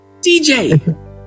DJ